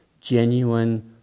Genuine